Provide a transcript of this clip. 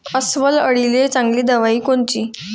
अस्वल अळीले चांगली दवाई कोनची?